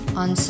on